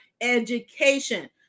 education